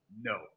No